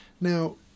Now